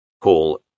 call